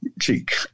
cheek